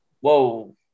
Whoa